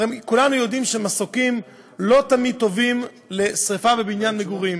הרי כולנו יודעים שמסוקים לא תמיד טובים לשרפה בבניין מגורים,